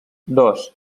dos